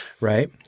right